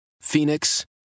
Phoenix